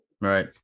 Right